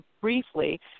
briefly